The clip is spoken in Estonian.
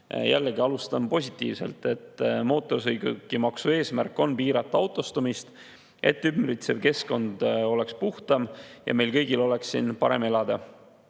Jällegi alustan positiivsest. Mootorsõidukimaksu eesmärk on piirata autostumist, et ümbritsev keskkond oleks puhtam ja meil kõigil oleks siin parem elada.